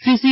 Shri C